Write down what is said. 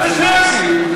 אדמת הג'יהאד).